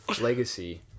Legacy